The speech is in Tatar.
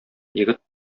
егет